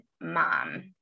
mom